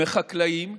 מחקלאים,